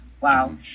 Wow